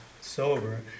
sober